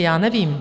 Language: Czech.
Já nevím.